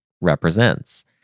represents